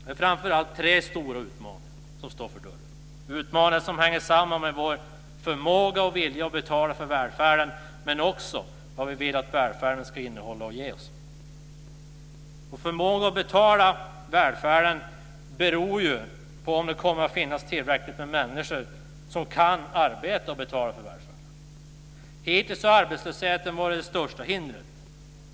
Det är framför allt tre stora utmaningar som står för dörren, utmaningar som hänger samman med vår förmåga och vilja att betala för välfärden men också med vad vill att välfärden ska innehålla och ge oss. Förmågan att betala välfärden beror ju på om det kommer att finnas tillräckligt med människor som kan arbeta och betala för välfärden. Hittills har arbetslösheten varit det största hindret.